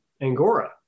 Angora